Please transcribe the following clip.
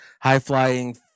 high-flying